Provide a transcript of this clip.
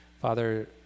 father